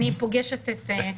אני פוגשת כל יום.